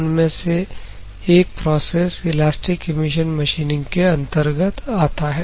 उनमें से एक प्रोसेस इलास्टिक एमिशन मशीनिंग के अंतर्गत आता है